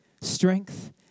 strength